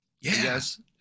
yes